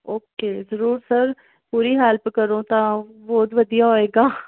okay ਜ਼ਰੂਰ sir ਪੂਰੀ help ਕਰੋ ਤਾਂ ਬਹੁਤ ਵਧੀਆ ਹੋਵੇਗਾ